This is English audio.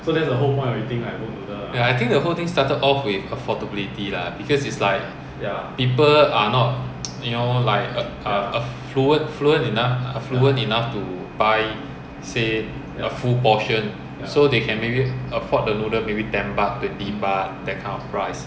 ya I think the whole thing started off with affordability lah because it's like people are not you know a~ a~ afflu~ affluent enough to buy say a full portion so they can afford the noodle maybe ten baht twenty baht that kind of price